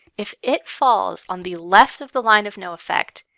if it falls on the left of the line of no effect,